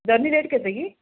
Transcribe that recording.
ଜହ୍ନି ରେଟ୍ କେତେକି